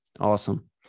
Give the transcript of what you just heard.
awesome